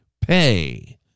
pay